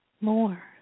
more